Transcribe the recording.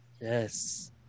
yes